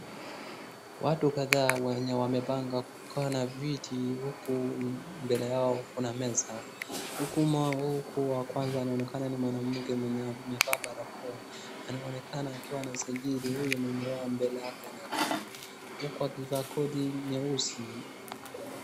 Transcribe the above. Watu kadhaa wenye wamepanga kukaa na viti huku mbele yao kuna meza. Huku wa kwanza anaonekana ni mwanamke mwenye amevaa barakoa, anaonekana akiwa anasajili huyo mwenye mbele yake anakaa huku akivaa koti nyeusi.